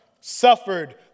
suffered